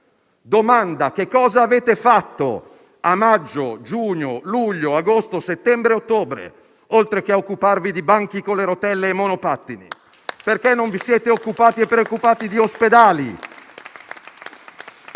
domanda è: che cosa avete fatto a maggio, giugno, luglio, agosto, settembre e ottobre, oltre che ad occuparvi di banchi con le rotelle e monopattini? Perché non vi siete occupati e preoccupati di ospedali?